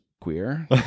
queer